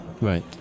Right